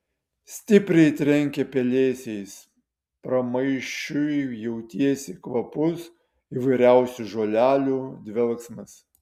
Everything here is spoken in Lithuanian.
stipriai trenkė pelėsiais pramaišiui jautėsi kvapus įvairiausių žolelių dvelksmas